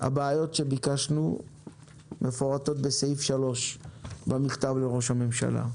הבעיות שביקשנו להתייחס אליהן מפורטות בסעיף 3 במכתב לראש הממשלה.